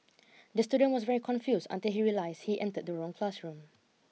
the student was very confused until he realised he entered the wrong classroom